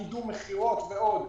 קידום מכירות ועוד.